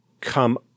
come